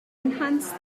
enhanced